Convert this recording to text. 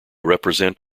represent